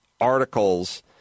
articles